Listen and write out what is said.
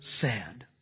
sad